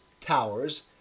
towers